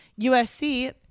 USC